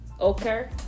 Okay